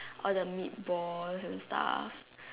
all the meat balls and stuff